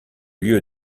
lieu